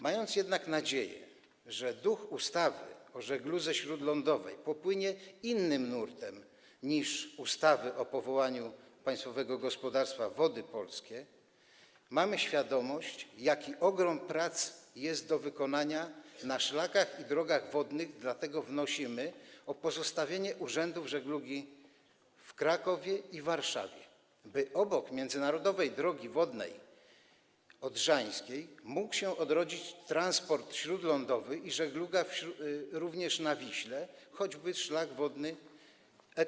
Mając jednak nadzieję, że duch ustawy o żegludze śródlądowej popłynie innym nurtem niż ustawy o powołaniu państwowego gospodarstwa Wody Polskie, mamy świadomość, jaki ogrom prac jest do wykonania na szlakach i drogach wodnych, dlatego wnosimy o pozostawienie urzędów żeglugi w Krakowie i Warszawie, by obok międzynarodowej drogi wodnej odrzańskiej mógł się odrodzić transport śródlądowy i żegluga również na Wiśle, choćby szlak wodny E40.